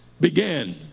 began